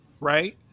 right